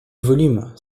volume